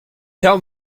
tell